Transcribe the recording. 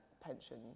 pension